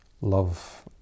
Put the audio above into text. Love